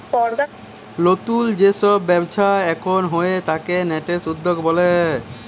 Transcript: লতুল যে সব ব্যবচ্ছা এখুন হয়ে তাকে ন্যাসেন্ট উদ্যক্তা ব্যলে